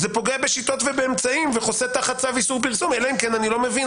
פוגע בשיטות ובאמצעים וחוסה תחת צו איסור פרסום אלא אם כן אני לא מבין.